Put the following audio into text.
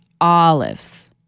Olives